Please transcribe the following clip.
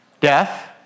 Death